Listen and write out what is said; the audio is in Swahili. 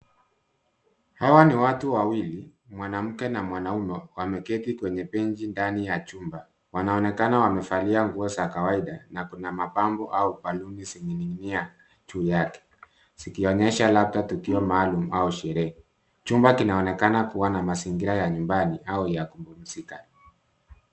Hawa ni watu wawili mwanamke na mwanaume. Wameketi kwenye benji ndani ya chumba. Wanaonekana wamevalia nguo za kawaida na kuna mapambo au balloon zimening'inia juu yake. Zikionyesha labda tukio maalum au sherehe. Chumba kinaonekana kuwa na mazingira ya nyumbani au ya kupumzika.